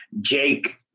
Jake